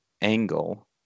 angle